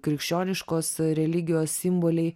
krikščioniškos religijos simboliai